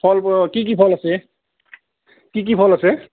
ফল কি কি ফল আছে কি কি ফল আছে